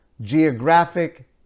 geographic